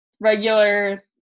regular